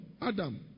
Adam